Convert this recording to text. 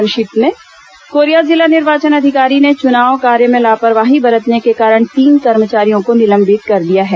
संक्षिप्त समाचार कोरिया जिला निर्वाचन अधिकारी ने चुनाव कार्य में लापरवाही बरतने के कारण तीन कर्मचारियों को निलंबित कर दिया है